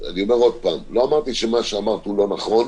אני אומר עוד פעם: לא אמרתי שמה שאמרת הוא לא נכון,